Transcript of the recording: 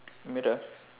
middle